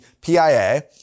PIA